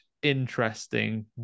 Interesting